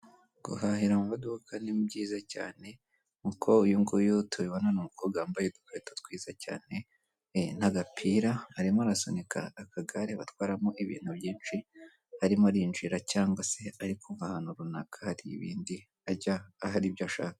Guhahira mu maduka ni byiza cyane, nkuko uyu nguyu tubibona ni umukobwa wambaye udukweto twiza cyane n'agapira, arimo arasunika akagare batwaramo ibintu byinshi, arimo arinjira cyangwa se ari kuva ahantu runaka hari ibindi ajya ahari ibyo ashaka.